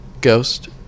Ghost